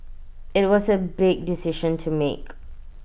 IT was A big decision to make